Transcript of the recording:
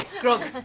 grog,